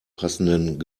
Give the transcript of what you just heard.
passenden